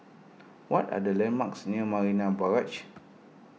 what are the landmarks near Marina Barrage